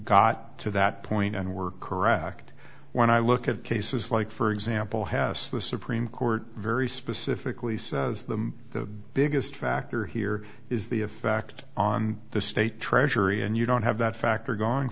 got to that point and were correct when i look at cases like for example has the supreme court very specifically says the biggest factor here is the effect on the state treasury and you don't have that factor go